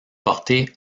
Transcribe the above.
porté